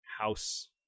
house